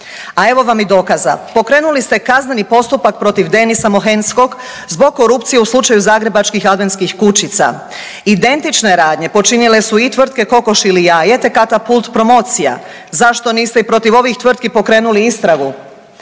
A evo vam i dokaza. Pokrenuli ste kazneni postupak protiv Denisa Mohenskog zbog korupcije u slučaju Zagrebačkih adventskih kućica. Identične radnje počinile su i tvrtke „Kokoš ili jaje“, te „Katapult promocija“. Zašto niste i protiv ovih tvrtki pokrenuli istragu?